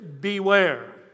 beware